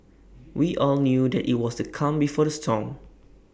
we all knew that IT was the calm before the storm